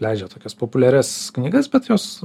leidžia tokias populiarias knygas bet jos